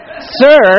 Sir